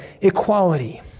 equality